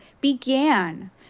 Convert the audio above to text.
began